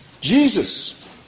Jesus